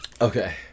Okay